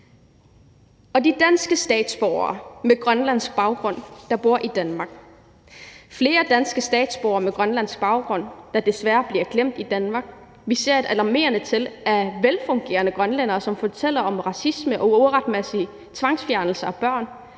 også de danske statsborgere med grønlandsk baggrund, der bor i Danmark. Der er flere danske statsborgere med grønlandsk baggrund, der desværre bliver glemt i Danmark. Vi ser et alarmerende antal velfungerende grønlændere, der fortæller om racisme og uretmæssige tvangsfjernelser af børn